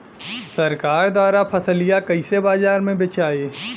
सरकार द्वारा फसलिया कईसे बाजार में बेचाई?